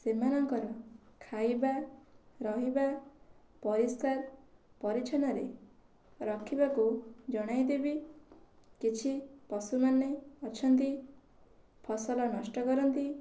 ସେମାନଙ୍କର ଖାଇବା ରହିବା ପରିଷ୍କାର ପରିଚ୍ଛନ୍ନରେ ରଖିବାକୁ ଜଣାଇ ଦେବି କିଛି ପଶୁମାନେ ଅଛନ୍ତି ଫସଲ ନଷ୍ଟ କରନ୍ତି